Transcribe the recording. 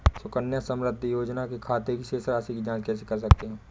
सुकन्या समृद्धि योजना के खाते की शेष राशि की जाँच कैसे कर सकते हैं?